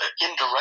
indirect